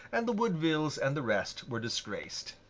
and the woodvilles and the rest were disgraced.